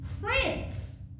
France